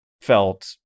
felt